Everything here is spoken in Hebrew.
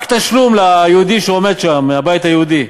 רק תשלום ליהודי שעומד שם מהבית היהודי.